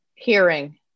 hearing